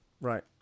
Right